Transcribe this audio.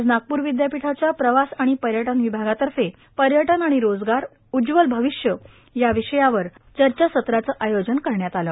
आज नागपूर विद्यापीठाच्या प्रवास आणि पर्यटन विभागातर्फे पर्यटन आणि रोजगार उज्जवल भविष्य या विषयावर चर्चासत्राचं आयोजन करण्यात आलं